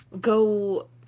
go